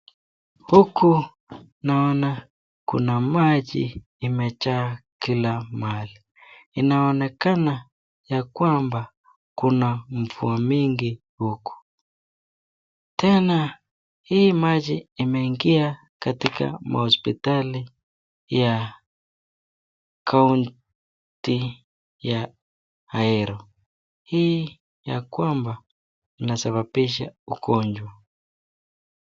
Huku naona kuna maji imejaa kila mahali. Inaonekana ya kwamba kuna mvua mingi huku. Tena hii maji imeingia katika mahospitali ya kaunti ya Ahero. Hii ya kwamba inasababisha ugonjwa.